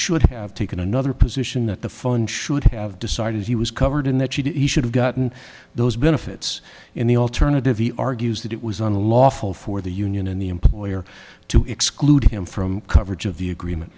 should have taken another position that the phone should have decided he was covered in that she did he should have gotten those benefits in the alternative the argues that it was unlawful for the union and the employer to exclude him from coverage of the agreement